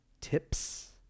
tips